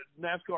NASCAR